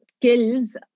skills